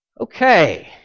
Okay